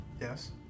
Yes